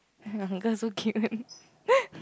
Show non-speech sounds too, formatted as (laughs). (laughs) uncle so cute (laughs)